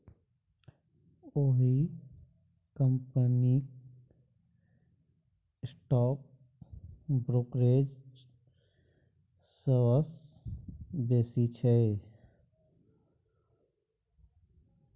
ओहि कंपनीक stock brokerage सबसँ बेसी छै